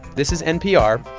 this is npr.